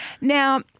Now